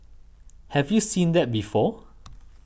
have you seen that before